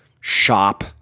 shop